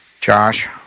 Josh